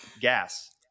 gas